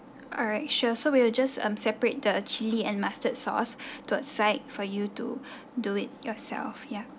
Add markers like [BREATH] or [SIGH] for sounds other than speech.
alright sure so we will just um separate the chilli and mustard sauce [BREATH] to a side for you to [BREATH] do it yourself yeah